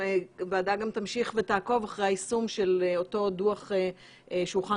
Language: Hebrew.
הוועדה גם תמשיך ותעקוב אחרי היישום של אותו דוח שהוכן